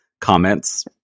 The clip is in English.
comments